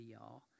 y'all